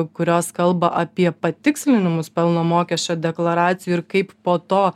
kurios kalba apie patikslinimus pelno mokesčio deklaracijų ir kaip po to